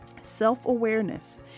Self-awareness